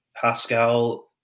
pascal